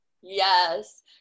Yes